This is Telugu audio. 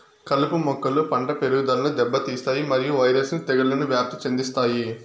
కలుపు మొక్కలు పంట పెరుగుదలను దెబ్బతీస్తాయి మరియు వైరస్ ను తెగుళ్లను వ్యాప్తి చెందిస్తాయి